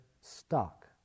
stuck